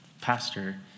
pastor